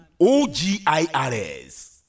OGIRS